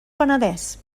penedès